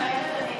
מתחייבת אני